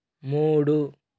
మూడు